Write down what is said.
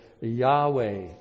Yahweh